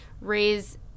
raise